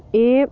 एह्